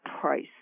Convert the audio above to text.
price